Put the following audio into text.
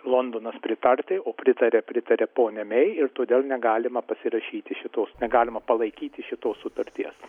londonas pritarti o pritarė pritarė ponia mei ir todėl negalima pasirašyti šitos negalima palaikyti šitos sutarties